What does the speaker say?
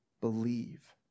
Believe